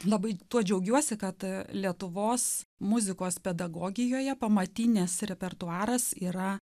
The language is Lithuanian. labai tuo džiaugiuosi kad lietuvos muzikos pedagogijoje pamatinės repertuaras yra